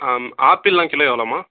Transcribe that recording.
ஆப்பிள்லாம் kilo எவ்வளோம்மா